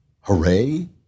Hooray